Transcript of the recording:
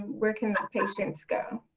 where can the patients go?